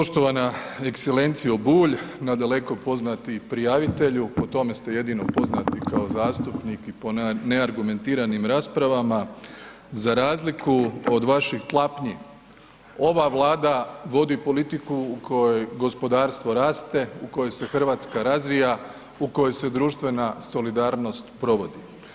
Poštovana ekselencijo Bulj, nadaleko poznati prijavitelju po tome ste jedino poznati kao zastupnik i po neargumentiranim raspravama razliku od vaših klapnji ova Vlada vodi politiku u kojoj gospodarstvo raste, u kojoj se Hrvatska razvija, u kojoj se društvena solidarnost provodi.